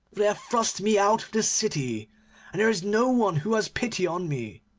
they have thrust me out of the city, and there is no one who has pity on me